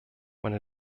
meine